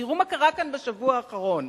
תראו מה קרה כאן בשבוע האחרון.